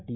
T